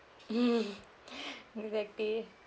exactly